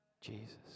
Jesus